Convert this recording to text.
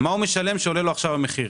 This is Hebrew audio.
במורד השרשרת.